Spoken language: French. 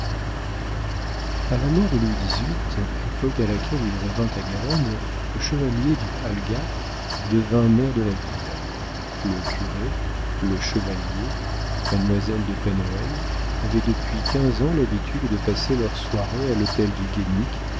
a la mort de louis xviii époque à laquelle il revint à guérande le chevalier du halga devint maire de la ville le curé le chevalier mademoiselle de pen hoël avaient depuis quinze ans l'habitude de passer leurs soirées à l'hôtel du guénic